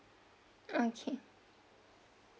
okay